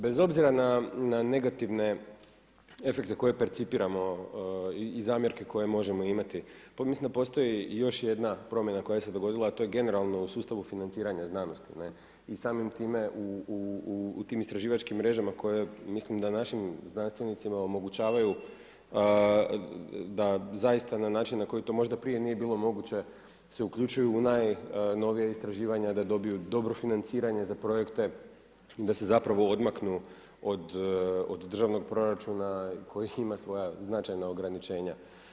Bez obzira na negativne efekte koje percipiramo i zamjerke koje možemo imati, mislim da postoji još jedna promjena koja se dogodila, a to je generalno u sustavu financiranja znanosti i samim time u tim istraživačkim mrežama koje mislim da našim znanstvenicima omogućavaju da zaista na način na koji to možda prije nije bilo moguće se uključuju u najnovija istraživanja da dobiju dobro financiranje za projekte, da se zapravo odmaknu od državnog proračuna koji ima svoja značajna ograničenja.